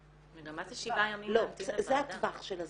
זה הטווח של הזמן.